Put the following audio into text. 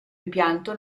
impianto